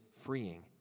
freeing